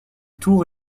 tours